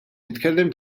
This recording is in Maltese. nitkellem